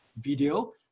video